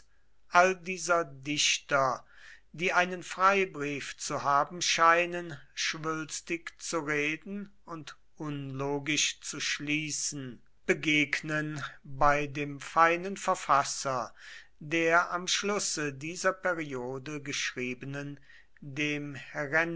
all dieser dichter die einen freibrief zu haben scheinen schwülstig zu reden und unlogisch zu schließen begegnen bei dem feinen verfasser der am schlusse dieser periode geschriebenen dem